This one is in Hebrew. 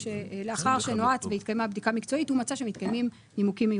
שלאחר שנועץ והתקיימה בדיקה מקצועית הוא מצא שמתקיימים נימוקים מיוחדים.